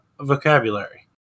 vocabulary